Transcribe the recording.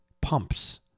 pumps